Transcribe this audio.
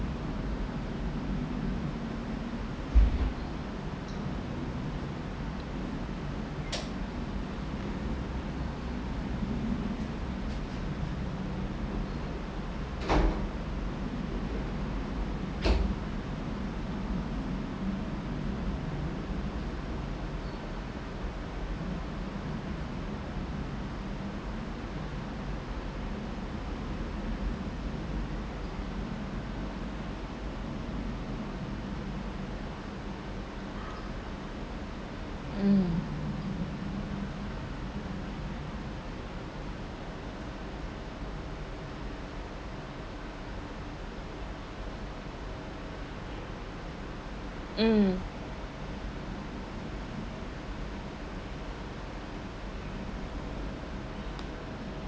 mm mm